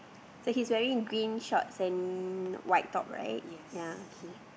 so he's wearing green shorts and white top right ya okay